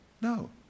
No